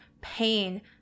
pain